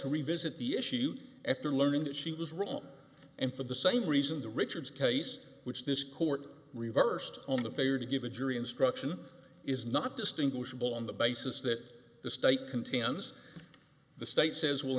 to revisit the issue after learning that she was wrong and for the same reason the richards case which this court reversed on the failure to give a jury instruction is not distinguishable on the basis that the state contam is the state says will